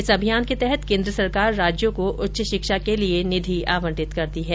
इस अभियान के तहत केंद्र सरकार राज्यों को उच्च शिक्षा के लिए निधि आवंटित करती है